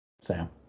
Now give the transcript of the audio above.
Sam